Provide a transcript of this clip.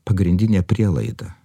pagrindinė prielaida